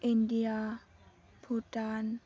India Bhutan